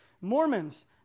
Mormons